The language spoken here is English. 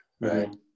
Right